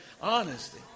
honesty